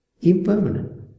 impermanent